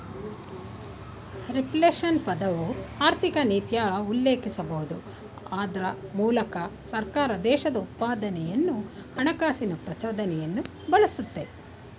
reflation ಪದವು ಆರ್ಥಿಕನೀತಿಯ ಉಲ್ಲೇಖಿಸಬಹುದು ಅದ್ರ ಮೂಲಕ ಸರ್ಕಾರ ದೇಶದ ಉತ್ಪಾದನೆಯನ್ನು ಹಣಕಾಸಿನ ಪ್ರಚೋದನೆಯನ್ನು ಬಳಸುತ್ತೆ